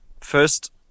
first